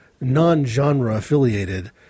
non-genre-affiliated